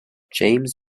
james